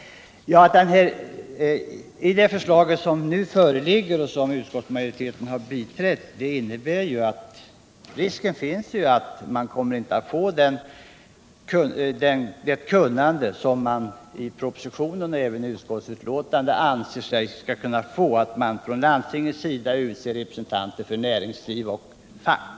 Det förslag som nu föreligger och som utskottsmajoriteten biträder innebär emellertid risk för att styrelserna inte kommer att få det kunnande som man genom propositionen och utskottets utlåtande tror sig kunna uppnå utan förbehåll för att man från landstingens sida skall kunna utse representanter för näringsliv och fack.